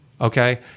okay